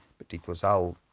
but it was all,